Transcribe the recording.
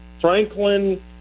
Franklin